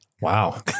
Wow